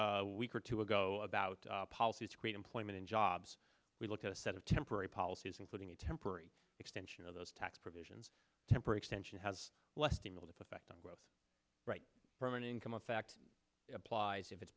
a week or two ago about policies create employment and jobs we look at a set of temporary policies including a temporary extension of those tax provisions temper extension has less to affect on growth right from an income a fact applies if it's